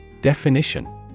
Definition